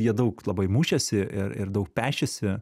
jie daug labai mušėsi ir ir daug pešėsi